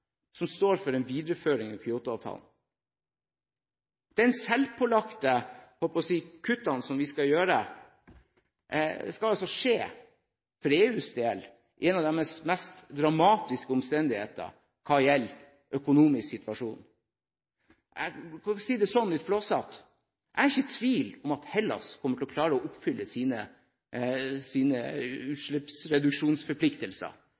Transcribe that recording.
som står for en videreføring av Kyoto-avtalen. De selvpålagte kuttene som vi skal gjøre, skal også skje i EU – en av deres mest dramatiske omstendigheter når det gjelder den økonomiske situasjonen. Jeg vil litt flåsete si at jeg ikke er i tvil om at Hellas kommer til å klare å oppfylle sine